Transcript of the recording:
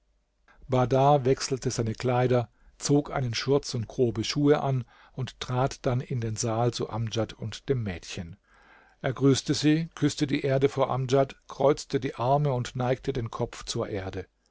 bahdar wechselte seine kleider zog einen schurz und grobe schuhe an und trat dann in den saal zu amdjad und dem mädchen er grüßte sie küßte die erde vor amdjad kreuzte die arme und neigte den kopf zur erde